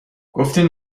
گفتین